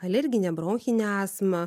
alerginė bronchine astma